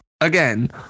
again